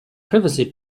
privacy